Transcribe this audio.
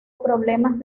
problemas